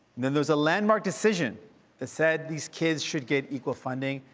then there's a landmark decision that said these kids should get equal funding.